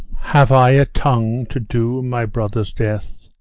have i a tongue to doom my brother's death,